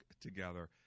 together